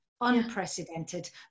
unprecedented